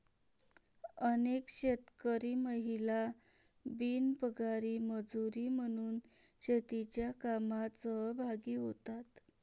अनेक शेतकरी महिला बिनपगारी मजुरी म्हणून शेतीच्या कामात सहभागी होतात